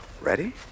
Ready